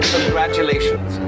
Congratulations